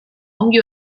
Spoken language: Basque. ongi